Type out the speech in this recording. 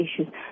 issues